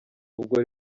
ubwo